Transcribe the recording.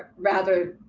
rather,